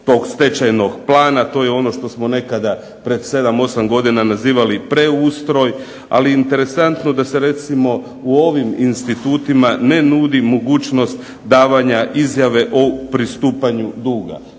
tog stečajnog plana, to je ono što smo nekada pred 7, 8 godina nazivali preustroj, ali interesantno da se recimo u ovim institutima ne nudi mogućnost davanja izjave o pristupanju duga.